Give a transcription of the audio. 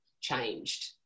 changed